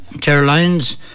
Caroline's